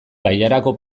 bailarako